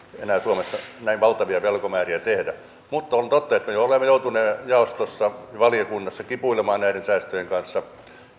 enää suomessa näin valtavia velkamääriä tehdä mutta on totta että me olemme joutuneet jaostossa ja valiokunnassa kipuilemaan näiden säästöjen kanssa